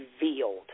revealed